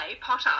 Potter